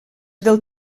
del